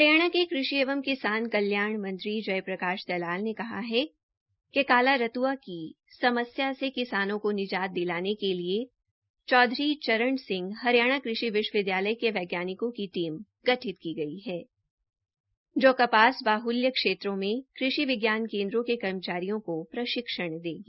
हरियाणा के कृषि एवं किसान कल्याण मंत्री जय प्रकाश दलाल ने कहा है कि काला रत्आ की समस्या से किसानों को निजाज दिलाने के लिए चौधरी चरण सिंह हरियाणा कृषि विश्वविद्यालय के वैज्ञानिकों की टीम गठित की गई है कपास बाहल्य क्षेत्रों में कृषि विज्ञान केन्द्रों के कर्मचारियों को जो प्रशिक्षण देगी